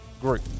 group